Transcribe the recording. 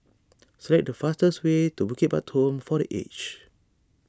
select the fastest way to Bukit Batok Home for the Aged